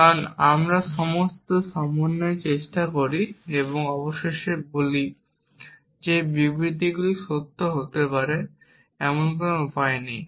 কারণ আমরা সমস্ত সমন্বয় চেষ্টা করি এবং অবশেষে বলি যে এই বিবৃতিটি সত্য হতে পারে এমন কোন উপায় নেই